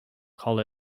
call